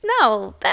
no